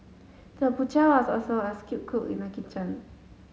the butcher was also a skilled cook in the kitchen